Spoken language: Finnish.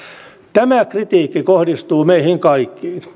tämä kritiikki kohdistuu meihin kaikkiin